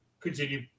Continue